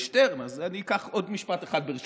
ושטרן, אז אני אקח עוד משפט אחד, ברשותך.